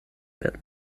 werden